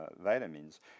vitamins